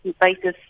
basis